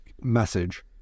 message